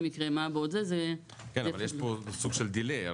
יקרה --- כן אבל יש פה סוג של דיליי,